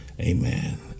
Amen